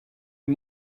est